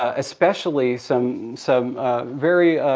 ah especially some some very